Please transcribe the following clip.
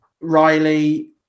Riley